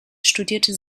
studierte